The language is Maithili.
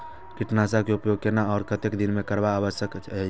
कीटनाशक के उपयोग केना आर कतेक दिन में करब आवश्यक छै?